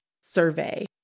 survey